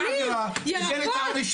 שאני אפתח איתם שיחה?